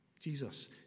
Jesus